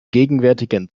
gegenwärtigen